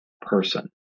person